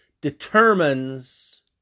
determines